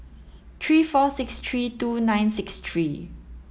three four six three two nine six three